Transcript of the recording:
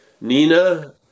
Nina